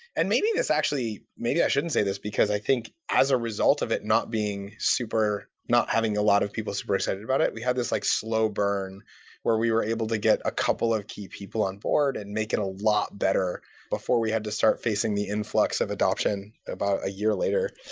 and maybe this actually maybe i shouldn't say this, because i think as a result of it not being super not having a lot of people super excited about it. we have this like slow burn where we were able to get a couple of key people onboard and make it a lot better before we have to start facing the influx of adoption about a year later.